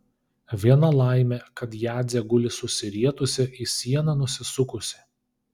viena laimė kad jadzė guli susirietusi į sieną nusisukusi